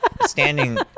standing